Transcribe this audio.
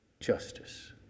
Justice